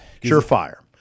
Surefire